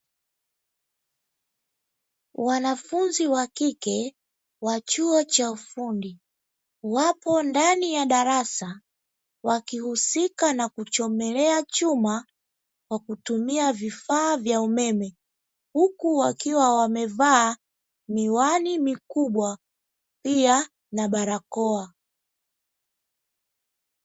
Wanafunzi wa kike wa chuo cha ufundi wapo ndani ya darasa, wakihusika na kuchomelea chuma, kwa kutumia vifaa vya umeme, huku wakiwa wamevaa miwani mikubwa pia na barakoa.